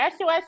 SOS